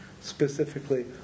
specifically